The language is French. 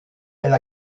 elle